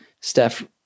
Steph